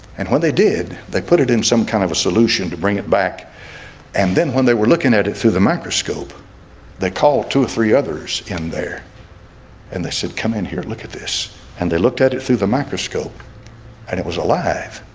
and when they did they put it in some kind of solution to bring it back and then when they were looking at it through the microscope they called two or three others in there and they said come in here look at this and they looked at it through the microscope and it was alive